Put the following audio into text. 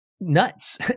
nuts